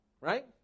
Right